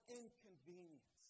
inconvenience